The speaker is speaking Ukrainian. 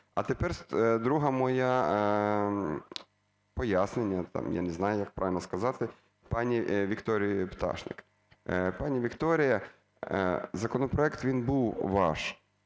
А тепер друге моє пояснення, там, я не знаю, як правильно сказати, пані Вікторії Пташник. Пані Вікторія, законопроект він був ваш,